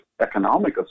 economic